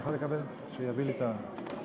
חבר הכנסת